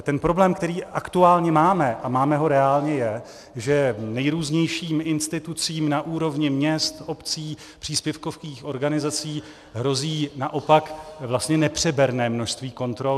Ten problém, který aktuálně máme, a máme ho reálně, je, že nejrůznějším institucím na úrovní měst, obcí, příspěvkových organizací hrozí naopak vlastně nepřeberné množství kontrol.